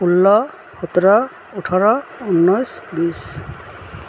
ষোল্ল সোতৰ ওঁঠৰ ঊনৈছ বিশ